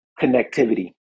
connectivity